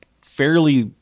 fairly